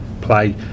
play